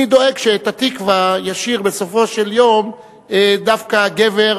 אני דואג שאת "התקווה" ישיר בסופו של יום דווקא גבר,